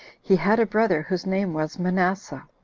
he had a brother, whose name was manasseh.